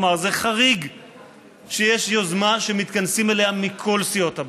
לומר שזה חריג שיש יוזמה שמתכנסים אליה מכל סיעות הבית,